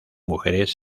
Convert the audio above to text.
mujeres